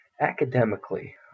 Academically